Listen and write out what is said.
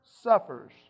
suffers